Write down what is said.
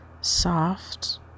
soft